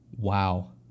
Wow